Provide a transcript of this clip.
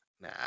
Nah